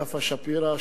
יפה שפירא,